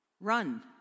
Run